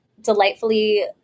delightfully